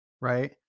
right